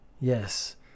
Yes